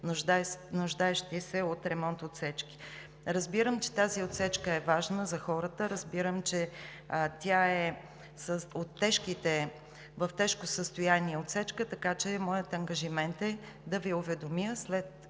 нуждаещи се от ремонт отсечки. Разбирам, че тази отсечка е важна за хората, че тя е в тежко състояние, така че моят ангажимент е да Ви уведомя, след